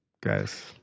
guys